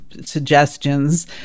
suggestions